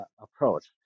approach